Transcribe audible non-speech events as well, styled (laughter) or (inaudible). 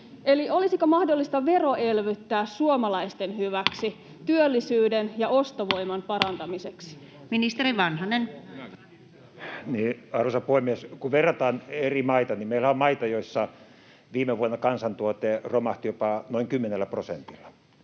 olisiko mahdollista veroelvyttää suomalaisten hyväksi, (noise) työllisyyden ja ostovoiman parantamiseksi? Ministeri Vanhanen. Arvoisa puhemies! Kun verrataan eri maita, niin meillähän on maita, joissa viime vuonna kansantuote romahti jopa noin 10 prosentilla.